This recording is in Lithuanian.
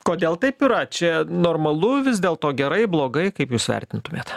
kodėl taip yra čia normalu vis dėlto gerai blogai kaip jūs vertintumėt